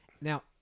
Now